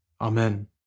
Amen